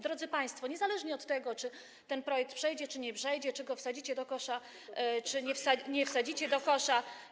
Drodzy państwo, niezależnie od tego, czy ten projekt przejdzie, czy nie przejdzie, czy go wsadzicie do kosza, czy nie wsadzicie do kosza.